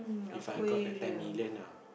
If I got the ten million ah